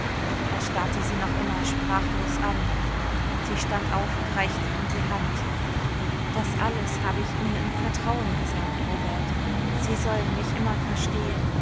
er starrte sie noch immer sprachlos an sie stand auf und reichte ihm die hand das alles habe ich ihnen im vertrauen gesagt robert sie sollen mich immer verstehen